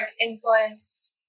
influenced